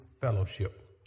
fellowship